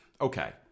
okay